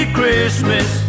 Christmas